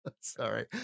Sorry